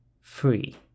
free